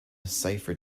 cipher